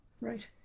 Right